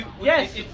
Yes